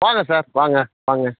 வாங்க சார் வாங்க வாங்க